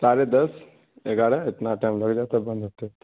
ساڑھے دس گیارہ اتنا ٹائم لگ جاتا ہے بند ہوتے ہوتے